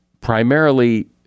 primarily